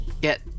get